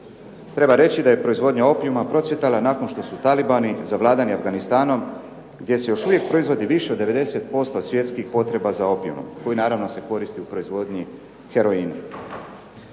Treba reći da je proizvodnja opijuma procvjetala nakon što su talibani zavladali Afganistanom, gdje se još uvijek proizvodi više od 90% svjetskih potreba za opijumom koji naravno se koristi u proizvodnji heroina.